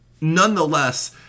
Nonetheless